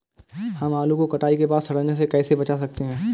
हम आलू को कटाई के बाद सड़ने से कैसे बचा सकते हैं?